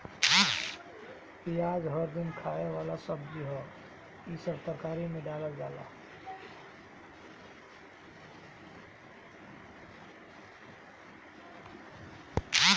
पियाज हर दिन खाए वाला सब्जी हअ, इ सब तरकारी में डालल जाला